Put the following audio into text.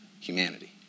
humanity